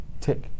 tick